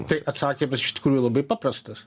tai atsakymas iš tikrųjų labai paprastas